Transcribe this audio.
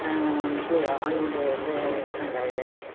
வந்து ஆயிலு வந்து refined oil